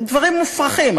דברים מופרכים.